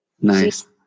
Nice